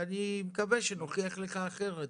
ואני מקווה שנוכיח לך אחרת.